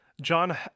John